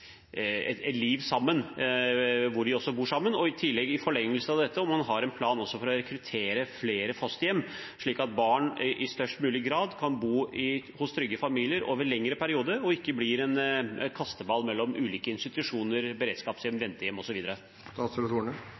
et liv sammen, hvor de også bor sammen? I forlengelsen av dette: Har man en plan for å rekruttere flere fosterhjem, slik at barn i størst mulig grad kan bo hos trygge familier over lengre perioder og ikke blir en kasteball mellom ulike institusjoner, beredskapshjem, ventehjem